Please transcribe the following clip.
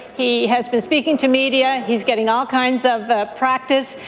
he has been speaking to media. he's getting all kinds of practice.